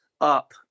up